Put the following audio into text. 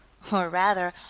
or, rather,